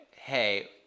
hey